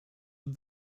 uns